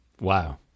Wow